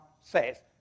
says